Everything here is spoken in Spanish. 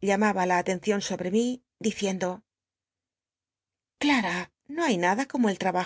llamaba la atencion sobre mi diciendo ce claa no bay nada como el llabajo